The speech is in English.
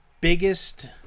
biggest